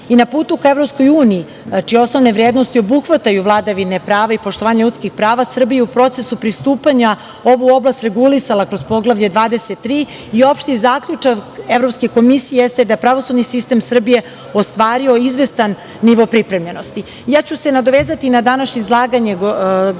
putu ka EU, čije osnovne vrednosti obuhvataju vladavine prava i poštovanje ljudskih prava, Srbija u procesu pristupanja ovu oblast regulisala je kroz Poglavlje 23. Opšti zaključak Evropske komisije jeste da je pravosudni sistem Srbije ostvario izvestan nivo pripremljenosti. Ja ću se nadovezati na današnje izlaganje premijerke